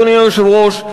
אדוני היושב-ראש,